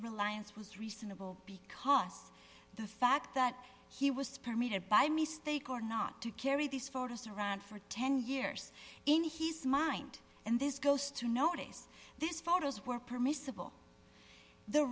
reliance was reasonable because the fact that he was permitted by mistake or not to carry these photos around for ten years in his mind and this goes to notice these photos were permissible the